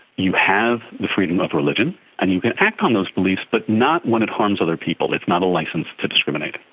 you have the freedom of religion and you can act on those beliefs but not when it harms other people. it's not a licence to discriminate.